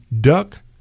duck